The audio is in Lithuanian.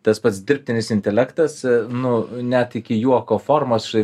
tas pats dirbtinis intelektas nu net iki juoko formos štai